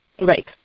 Right